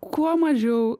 kuo mažiau